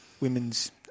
women's